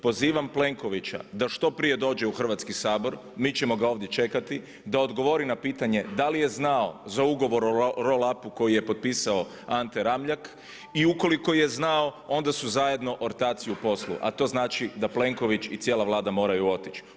Pozivam Plenkovića da što prije dođe u Hrvatski sabor, mi ćemo ga ovdje čekati da odgovori na pitanje da li je znao za ugovor o roll up koji je potpisao Ante Ramljak i ukoliko je znao, onda su zajedno ortaci u poslu a to znači da Plenković i cijela Vlada moraju otići.